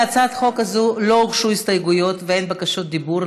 להצעת החוק הזו לא הוגשו הסתייגויות ואין בקשות דיבור,